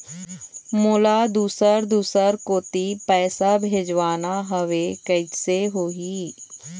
मोला दुसर दूसर कोती पैसा भेजवाना हवे, कइसे होही?